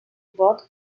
pot